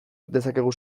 dezakegu